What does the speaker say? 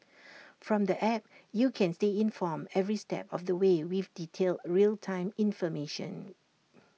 from the app you can stay informed every step of the way with detailed real time information